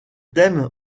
t’aime